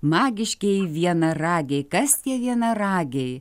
magiškieji vienaragiai kas tie vienaragiai